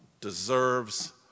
deserves